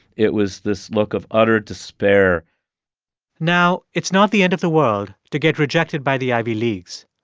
it was this look of utter despair now, it's not the end of the world to get rejected by the ivy leagues.